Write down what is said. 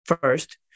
first